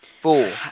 Four